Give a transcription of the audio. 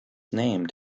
named